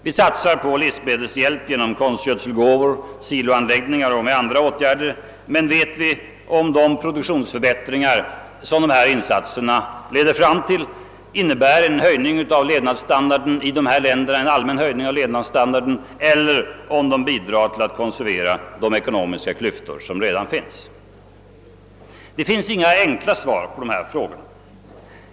Vi satsar på livsmedelshjälp genom konstgödselgåvor, siloanläggningar och genom andra åtgärder, men vet vi om de produktionsförbättringar som dessa insatser leder fram till också innebär en höjning av levnadsstandarden i dessa länder eller om de bidrar till att konservera de ekonomiska klyftor som redan finns? Det finns inga enkla svar på de här frågorna.